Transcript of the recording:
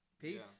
peace